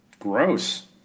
gross